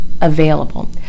available